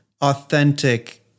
authentic